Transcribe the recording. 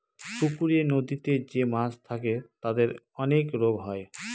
পুকুরে, নদীতে যে মাছ থাকে তাদের অনেক রোগ হয়